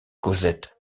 cosette